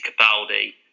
Capaldi